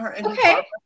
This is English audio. Okay